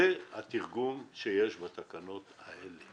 זה התרגום שיש בתקנות הנדונות כאן.